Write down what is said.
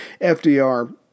FDR